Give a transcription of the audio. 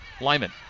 Lyman